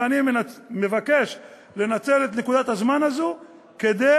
ואני מבקש לנצל את נקודת הזמן הזו כדי